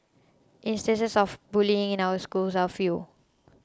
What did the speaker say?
instances of bullying in our schools are few